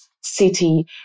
city